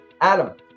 Adam